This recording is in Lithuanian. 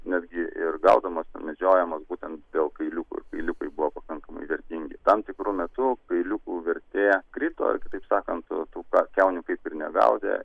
netgi ir gaudomos medžiojama būtent dėl kailiukų kailiukai buvo pakankamai vertingi tam tikru metu kailiukų vertė krito kitaip sakant tų kiaunių kaip ir negaudė